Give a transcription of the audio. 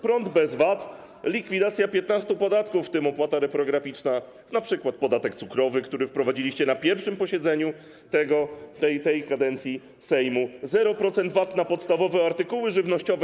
Prąd bez VAT, likwidacja 15 podatków, w tym opłata reprograficzna, np. podatek cukrowy, który wprowadziliście na pierwszym posiedzeniu tej kadencji Sejmu, 0% VAT na podstawowe artykuły żywnościowe.